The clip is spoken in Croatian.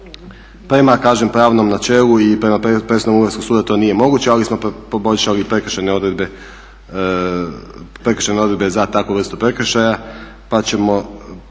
kažem pravnom načelu i prema presudi …/Govornik se ne razumije./… to nije moguće ali smo poboljšali i prekršajne odredbe za takvu vrstu prekršaja pa ćemo